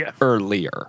earlier